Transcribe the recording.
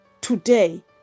Today